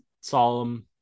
solemn